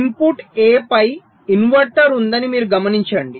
input A పై inverter ఉందని మీరు గమనించండి